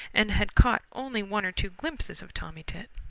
and had caught only one or two glimpses of tommy tit.